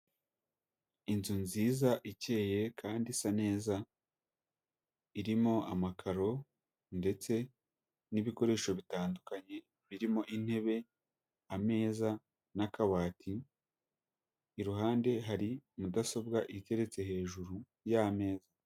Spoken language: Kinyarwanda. Inzu nziza ikeye kandi isa neza irimo amakaro ndetse n'ibikoresho bitandukanye birimo: intebe, ameza, n'akabati, iruhande hari mudasobwa iteretse hejuru y'ameza.